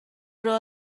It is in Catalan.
però